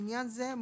לעניין זה,